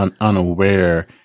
unaware